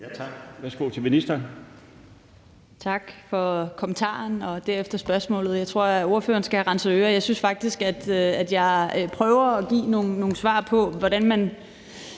Stage Olsen): Tak for kommentaren og derefter spørgsmålet. Jeg tror, at ordføreren skal have renset ører. Jeg synes faktisk, at jeg prøver at give nogle svar på, hvordan man